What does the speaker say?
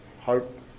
hope